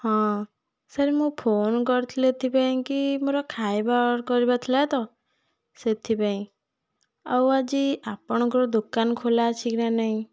ହଁ ସାର୍ ମୁଁ ଫୋନ୍ କରିଥିଲି ଏଥିପାଇଁ କି ମୋର ଖାଇବା ଅର୍ଡ଼ର୍ କରିବାର ଥିଲା ତ ସେଥିପାଇଁ ଆଉ ଆଜି ଆପଣଙ୍କର ଦୋକାନ ଖୋଲା ଅଛି କି ନା ନାହିଁ